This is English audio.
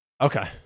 Okay